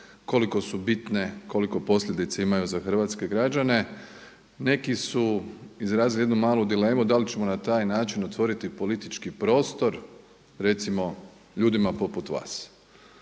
koliko su bitne, koliko posljedica imaju za hrvatske građane, neki su izrazili jednu malu dilemu dal ćemo na taj način otvoriti politički prostor, recimo ljudima poput vas,